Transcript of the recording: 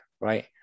right